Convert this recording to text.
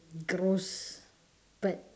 gross but